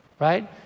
right